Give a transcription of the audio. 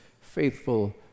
faithful